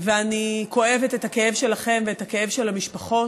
ואני כואבת את הכאב שלכם ואת הכאב של המשפחות.